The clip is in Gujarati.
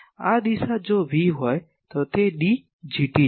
આ દિશા જો V હોય તો તે Dgt છે